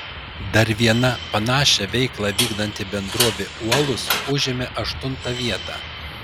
dar viena panašią veiklą vykdanti bendrovė uolus užėmė aštuntą vietą